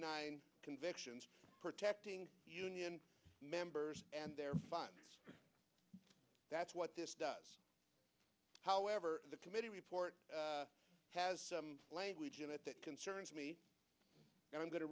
nine convictions protecting union members and their fun that's what this does however the committee report has language in it that concerns me and i'm going to